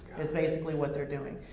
that's basically what they're doing.